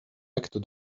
acte